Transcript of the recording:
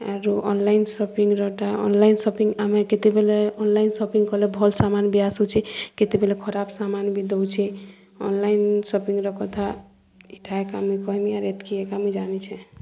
ଆରୁ ଅନ୍ଲାଇନ୍ ସପିଂରଟା online shopping ଆମେ କେତେବେଲେ ଅନ୍ଲାଇନ୍ ସପିଂ କଲେ ଭଲ୍ ସାମାନ୍ ବି ଆସୁଛେ କେତେବେଲେ ଖରାପ୍ ସାମାନ୍ ବି ଦେଉଛେ ଅନ୍ଲାଇନ୍ ସପିଂର କଥା ଇ'ଟା ଏକା ମୁଇଁ କହେମି ଏତ୍କି ଏକା ମୁଇଁ ଜାଣିଛେଁ